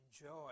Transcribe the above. enjoy